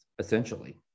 Essentially